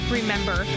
remember